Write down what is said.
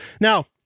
Now